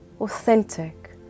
Authentic